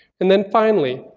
and then finally,